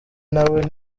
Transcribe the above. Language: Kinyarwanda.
nawe